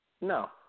No